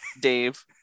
Dave